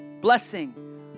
Blessing